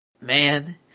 man